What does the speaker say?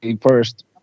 first